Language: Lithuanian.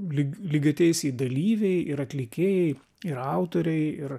lyg lygiateisiai dalyviai ir atlikėjai ir autoriai ir